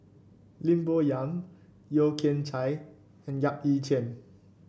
Lim Bo Yam Yeo Kian Chye and Yap Ee Chian